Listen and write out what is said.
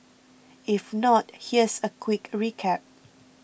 if not here's a quick recap